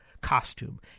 costume